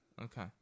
okay